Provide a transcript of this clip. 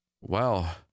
Well